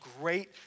great